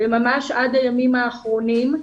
ממש עד הימים האחרונים,